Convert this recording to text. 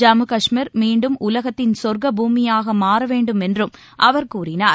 ஜம்மு கஷ்மீர் மீண்டும் உலகத்தின் சொர்க்க பூமியாக மாற வேண்டும் என்றும் அவர் தெரிவித்தார்